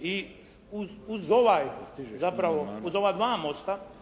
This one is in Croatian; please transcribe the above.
i uz ovaj zapravo, uz ova dva mosta